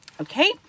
okay